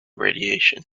radiation